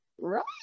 Right